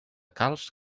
calç